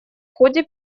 ходе